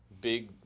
big